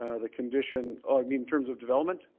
ah the condition ah i mean terms of development?